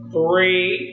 Three